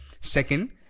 Second